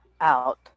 out